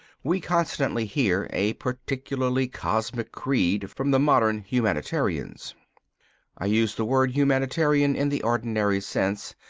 we constantly hear a particularly cosmic creed from the modern humanitarians i use the word humanitarian in the ordinary sense,